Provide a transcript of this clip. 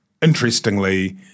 Interestingly